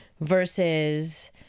versus